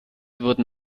wurden